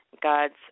God's